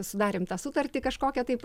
sudarėm tą sutartį kažkokią taip